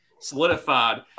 solidified